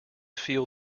feel